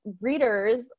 readers